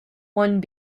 one